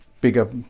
bigger